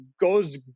goes